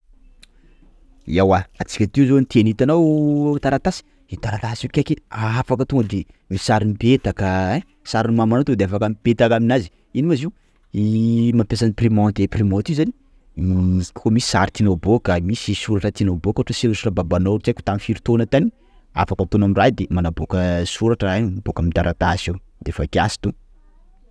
Ewa antsika teo zao niteny hitanao taratasy? _x000D_ Taratasy io keky: afaka tonga de misy sary mipetaka, ein! _x000D_ Sarin'ny mamanao to de afaka mipetaka aminazy; ino ma izy io? _x000D_ Mampiasa imprimante, imprimante io zany ko misy sary tianao abôka, misy soratra tianao abôka, ohatra hoe: soratra an'ny babanao tsy haiko tamin'ny firy taona tany! _x000D_ Afaka ataonao amin'ny raha io de manabôka soratra raha io mibôka amin'ny taratasy eo; defa kiasy to.